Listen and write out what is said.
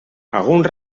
alguns